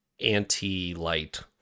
anti-light